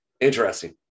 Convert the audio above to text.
interesting